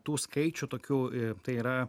tų skaičių tokių ir tai yra